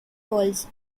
walls